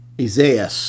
Isaiah